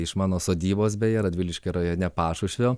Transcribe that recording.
iš mano sodybos beje radviliškio rajone pašušvio